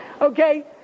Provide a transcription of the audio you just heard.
Okay